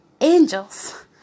Angels